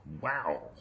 wow